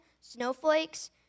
snowflakes